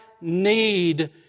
need